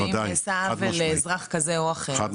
ואם נעשה עוול לאזרח כזה או אחר,